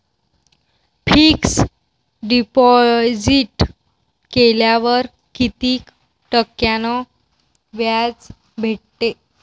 Fix deposit केल्यावर कितीक टक्क्यान व्याज भेटते?